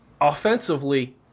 offensively